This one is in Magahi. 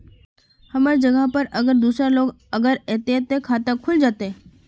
हमर जगह पर अगर दूसरा लोग अगर ऐते ते खाता खुल जते?